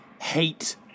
hate